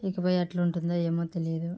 ఇకపై ఎట్లుంటుందో ఏమో తెలీదు